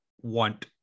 want